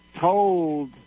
told